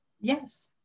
Yes